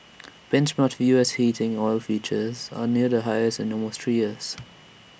benchmark U S heating oil futures are near the highest in almost three years